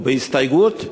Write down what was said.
ובהסתייגות,